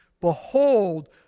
Behold